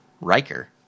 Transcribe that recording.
Riker